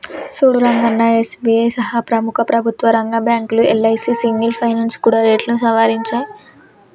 సూడు రంగన్నా ఎస్.బి.ఐ సహా ప్రముఖ ప్రభుత్వ రంగ బ్యాంకులు యల్.ఐ.సి సింగ్ ఫైనాల్స్ కూడా రేట్లను సవరించాయి